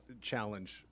challenge